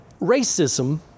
Racism